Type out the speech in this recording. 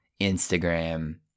Instagram